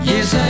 Yes